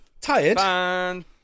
Tired